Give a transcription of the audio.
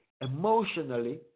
emotionally